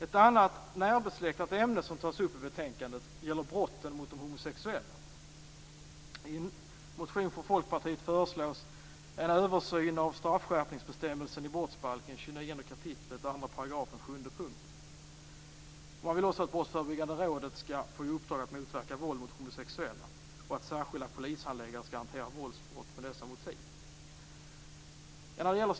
Ett annat närbesläktat ämne som tas upp i betänkandet gäller brotten mot de homosexuella. I en motion från Folkpartiet föreslås en översyn av straffskärpningsbestämmelsen i brottsbalken 29 kap. 2 § sjunde punkten. Man vill också att Brottsförebyggande rådet skall få i uppdrag att motverka våld mot homosexuella och att särskilda polishandläggare skall hantera våldsbrott med dessa motiv.